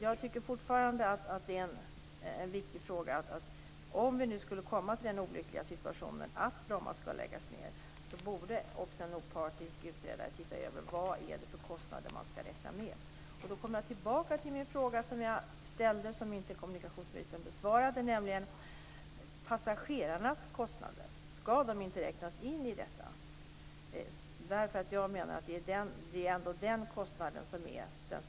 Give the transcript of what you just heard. Jag tycker fortfarande att det är en viktig fråga. Om vi skulle komma till den olyckliga situationen att Bromma skall läggas ned borde också en opartisk utredare se över vilka kostnader man skall räkna med. Därmed kommer jag tillbaka till den fråga som jag ställde men som kommunikationsministern inte besvarade, nämligen passagerarnas kostnader. Skall de inte räknas in i detta? Jag menar att det ändå är den största kostnaden.